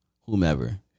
whomever